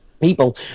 people